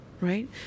right